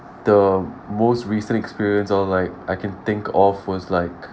the most recent experience of like I can think of was like